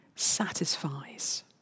satisfies